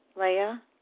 Leah